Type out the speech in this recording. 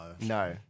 No